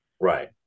Right